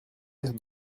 être